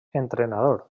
entrenador